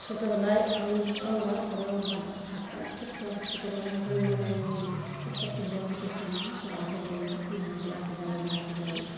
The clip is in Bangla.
ছোটোবেলায় আমরা ধরো বাড়িতে থাকতাম ছোট ছোটোবেলায় যখন মানে আস্তে আস্তে বড়ো হতে শিখলাম বাবাকে বললাম যে আমরা বেড়াতে যাবো বেড়াতে যাবো